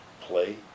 play